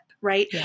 right